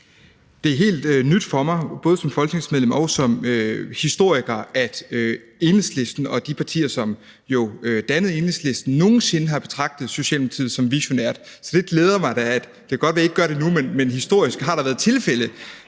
Det er helt nyt for mig, både som folketingsmedlem og som historiker, at Enhedslisten og de partier, som jo dannede Enhedslisten, nogen sinde har betragtet Socialdemokratiet som visionært. Det glæder mig da. Det kan godt være, I ikke at gør det nu, men historisk har der været tilfælde.